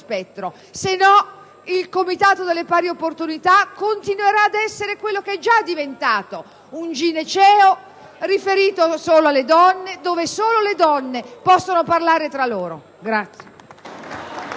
spettro; altrimenti il comitato per le pari opportunità continuerà ad essere quello che è già diventato, un gineceo riferito solo alle donne, dove solo le donne possono parlare tra loro.